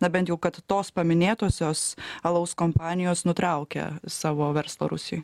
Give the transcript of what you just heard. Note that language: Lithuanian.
na bent jau kad tos paminėtosios alaus kompanijos nutraukia savo verslą rusijoj